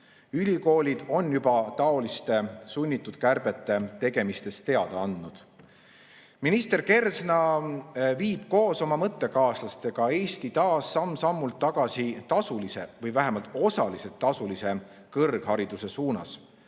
Ülikoolid on juba taoliste sunnitud kärbete tegemisest teada andnud. Minister Kersna viib koos oma mõttekaaslastega Eesti samm-sammult tagasi tasulise või vähemalt osaliselt tasulise kõrghariduse suunas.